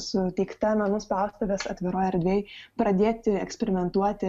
suteikta menų spaustuvės atviroj erdvėj pradėti eksperimentuoti